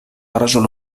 رجل